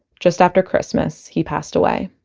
just after christmas, he passed away.